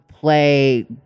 play